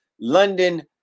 London